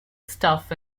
stuff